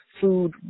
food